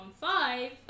five